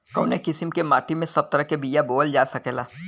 कवने किसीम के माटी में सब तरह के बिया बोवल जा सकेला?